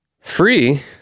free